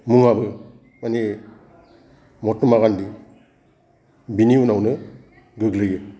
मुङाबो माने महात्मा गान्धि बिनि उनावनो गोग्लैयो